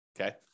Okay